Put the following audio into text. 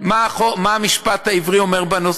מה המשפט העברי אומר בנושא.